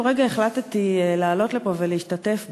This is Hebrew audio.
רגע החלטתי לעלות לפה ולהשתתף בו,